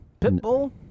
Pitbull